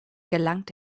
gelangt